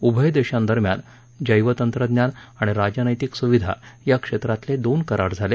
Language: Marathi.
उभय देशांदरम्यान जैव तंत्रज्ञान आणि राजनैतिक सुविधा या क्षेत्रातले दोन करार झाले